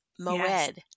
moed